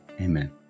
Amen